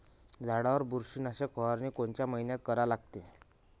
झाडावर बुरशीनाशक फवारनी कोनच्या मइन्यात करा लागते?